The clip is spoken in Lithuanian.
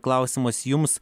klausimas jums